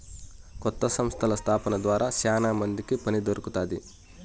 కొత్త సంస్థల స్థాపన ద్వారా శ్యానా మందికి పని దొరుకుతాది